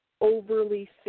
Overly